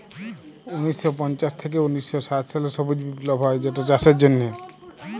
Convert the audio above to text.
উনিশ শ পঞ্চাশ থ্যাইকে উনিশ শ ষাট সালে সবুজ বিপ্লব হ্যয় যেটচাষের জ্যনহে